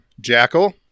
Jackal